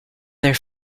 their